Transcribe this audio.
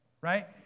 right